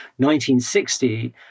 1960